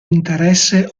interesse